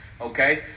okay